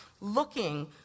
looking